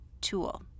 tool